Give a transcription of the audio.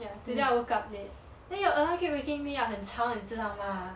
ya today I woke up late then your alarm keep waking me up 很吵你知道 mah